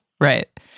Right